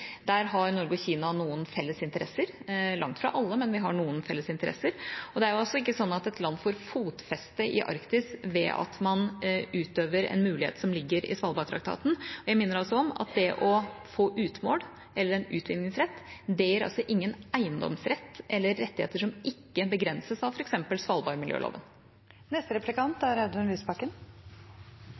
Der har Norge og Kina noen felles interesser – langt fra alle, men vi har noen felles interesser – og det er altså ikke slik at et land får «fotfeste» i Arktis ved at man utøver en mulighet som ligger i Svalbardtraktaten. Og jeg minner om at det å få utmål eller en utvinningsrett, det gir altså ingen eiendomsrett eller rettigheter som ikke begrenses av f.eks. svalbardmiljøloven. I det opprinnelige budsjettet er